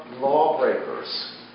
lawbreakers